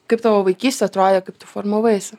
kaip tavo vaikystė atrodė kaip tu formavaisi